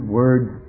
words